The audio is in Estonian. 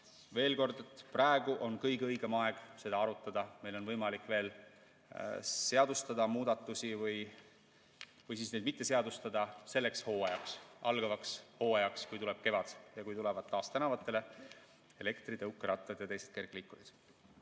veel kord: praegu on kõige õigem aeg seda arutada, meil on võimalik veel seadustada muudatusi või siis neid mitte seadustada selleks hooajaks, algavaks hooajaks, kui tuleb kevad ja kui tulevad taas tänavatele elektritõukerattad ja teised kergliikurid.